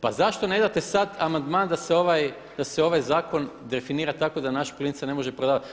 Pa zašto ne date sada amandman da se ovaj zakon definira tako da naš plin se ne može prodavati.